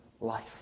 life